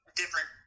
different